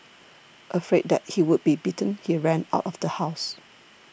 afraid that he would be beaten he ran out of the house